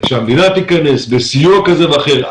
שהמדינה תיכנס בסיוע כזה ואחר,